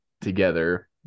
together